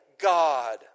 God